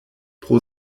pro